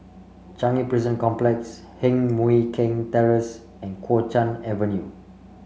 Changi Prison Complex Heng Mui Keng Terrace and Kuo Chuan Avenue